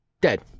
dead